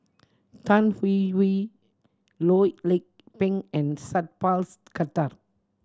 Tan Hwee Hwee Loh Lik Peng and Sat Pals Khattar